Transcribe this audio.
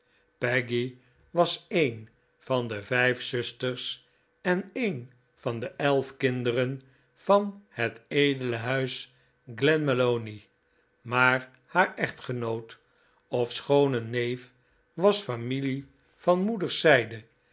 peggy was een van de vijf zusters en een van de elf kinderen van het edele huis glenmalony maar haar echtgenoot ofschoon een neef was familie van moeders zijde